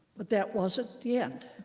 but that wasn't the end.